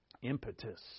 Impetus